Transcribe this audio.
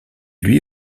lui